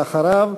ואחריו,